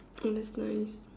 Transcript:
oh that's nice